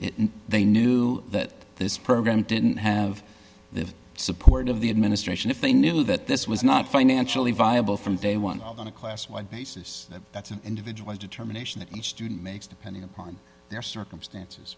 if they knew that this program didn't have the support of the administration if they knew that this was not financially viable from day one on a class wide basis that's an individual determination that each student makes depending upon their circumstances